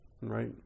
right